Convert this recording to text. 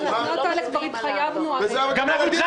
אבל התוכניות האלה, כבר התחייבנו עליהן.